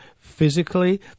physically